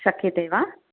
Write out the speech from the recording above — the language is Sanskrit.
शक्यते वा